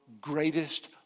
greatest